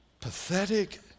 pathetic